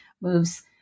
moves